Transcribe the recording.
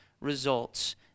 results